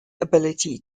ability